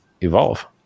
evolve